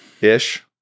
Ish